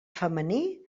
femení